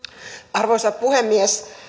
arvoisa puhemies